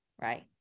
right